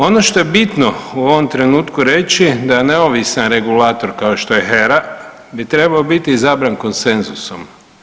Ono što je bitno u ovom trenutku reći da neovisan regulator kao što je HERA bi trebao biti zabran konsenzusom.